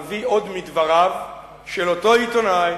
אביא עוד מדבריו של אותו עיתונאי